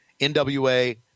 NWA